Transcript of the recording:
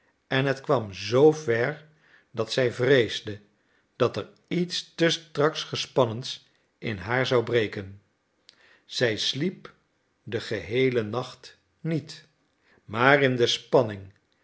en het kwam zoover dat zij vreesde dat er iets te strak gespannens in haar zou breken zij sliep den geheelen nacht niet maar in de spanning